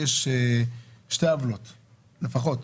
יש שתי עוולות לפחות.